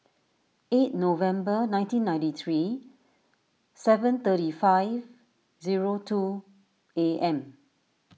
eight November nineteen ninety three seven thirty five zero two A M